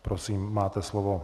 Prosím, máte slovo.